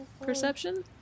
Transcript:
Perception